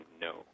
no